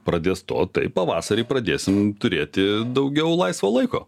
pradės stot tai pavasarį pradėsim turėti daugiau laisvo laiko